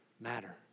matter